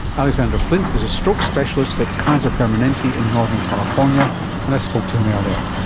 alexander flint is a stroke specialist at kaiser permanente in northern california, and i spoke to him earlier.